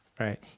Right